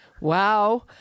Wow